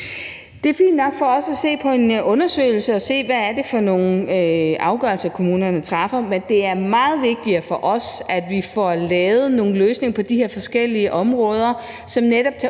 Det er fint nok for os at se på en undersøgelse og se på, hvad det er for nogle afgørelser, kommunerne træffer, men det er meget vigtigere for os, at vi får lavet nogle løsninger på de her forskellige områder, som netop tager